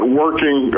working